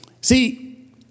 see